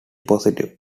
positive